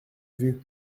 vus